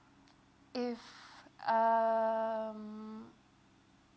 if um